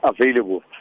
available